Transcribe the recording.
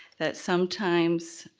that sometimes